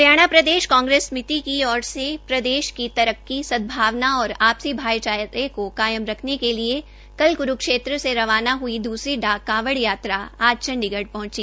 हरियाणा प्रदेश कांग्रेस समिति की ओर से प्रदेश की तरक्कीसदभावना और आपसी भाईचारे को कायम रखने के लिए कल क्रूक्षेत्र से रवाना हुई दूसरी डाक कावड़ यात्रा आज को चंडीगढ़ पहुंची